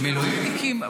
מילואימניקים?